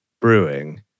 brewing